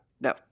No